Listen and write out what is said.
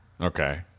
okay